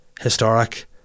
historic